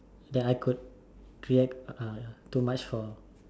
that I could react too much for